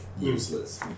Useless